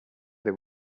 they